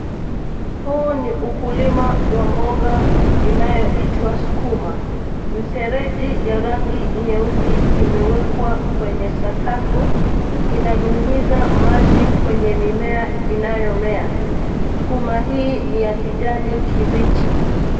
Huu ni ukulima wa mboga inayoitwa sukuma. Mifereji ya rangi nyeusi imewekwa kwenye sakafu. Inanyunyiza maji kwenye mimea inayomea. Sukuma hii ni ya kijani kibichi.